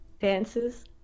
dances